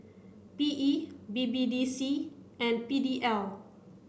P E B B D C and P D L